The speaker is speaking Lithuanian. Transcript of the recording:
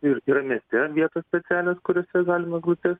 ir yra net ten vietos specialios kuriose galima būtų